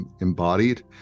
embodied